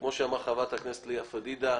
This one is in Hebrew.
כמו שאמרה חברת הכנסת לאה פדידה,